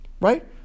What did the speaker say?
right